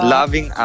Loving